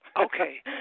Okay